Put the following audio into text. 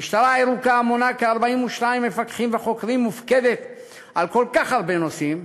המשטרה הירוקה מונה כ-42 מפקחים וחוקרים ומופקדת על כל כך הרבה נושאים,